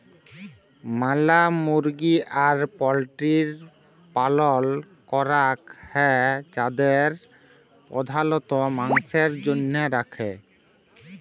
ম্যালা মুরগি আর পল্ট্রির পালল ক্যরাক হ্যয় যাদের প্রধালত মাংসের জনহে রাখে